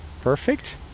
perfect